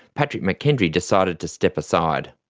patrick mckendry decided to step aside.